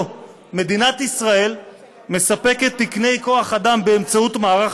מדינת ישראל מספקת תקני כוח-אדם באמצעות מערך